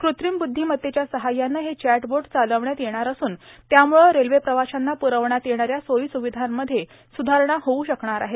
कृत्रिम बुध्दोमत्तेच्या सहाय्यानं हे चॅटबोट चालवण्यात येणार असून त्यामुळे रेल्वे प्रवाशांना प्रवण्यात येणाऱ्या सोयी स्रावधांमध्ये सुधारणा होऊ शकणार आहे